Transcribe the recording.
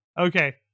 Okay